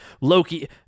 Loki